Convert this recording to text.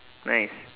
nice